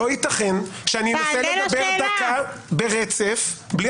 לא ייתכן שאני אנסה לדבר דקה ברצף בלי